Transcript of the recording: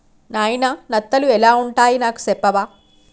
నాయిన నత్తలు ఎలా వుంటాయి నాకు సెప్పవా